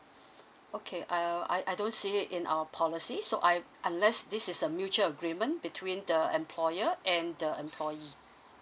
okay I uh I I don't see it in our policy so I'm unless this is a mutual agreement between the employer and the employee